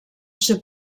ser